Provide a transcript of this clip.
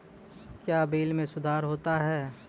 क्या बिल मे सुधार होता हैं?